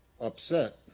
upset